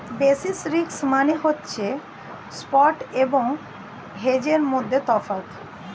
basis risk মানে হচ্ছে spot এবং হেজের মধ্যে তফাৎ